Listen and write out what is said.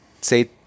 say